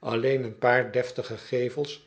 lleen een paar deftige gevels